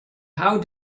how